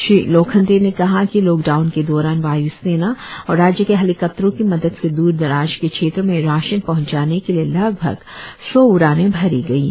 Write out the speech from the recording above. श्री लोखंडे ने कहा कि लॉकडाउन के दौरान वाय्सेना और राज्य के हेलिकॉप्टरों की मदद से द्रदराज के क्षेत्रों में राशन पहंचाने के लिए लगभग सौ उड़ानें भरी गईं